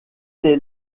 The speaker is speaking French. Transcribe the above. les